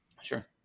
Sure